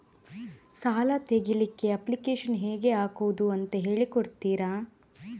ಸಾಲ ತೆಗಿಲಿಕ್ಕೆ ಅಪ್ಲಿಕೇಶನ್ ಹೇಗೆ ಹಾಕುದು ಅಂತ ಹೇಳಿಕೊಡ್ತೀರಾ?